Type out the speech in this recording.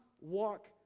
walk